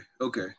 Okay